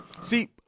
See